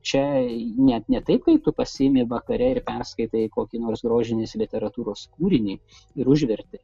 čia net ne taip kai tu pasiimi vakare ir perskaitai kokį nors grožinės literatūros kūrinį ir užverti